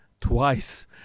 twice